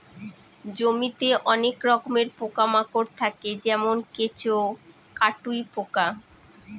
জমিতে অনেক রকমের পোকা মাকড় থাকে যেমন কেঁচো, কাটুই পোকা